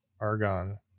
Argon